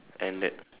and that